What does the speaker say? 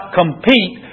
compete